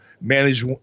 manage